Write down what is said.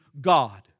God